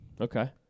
Okay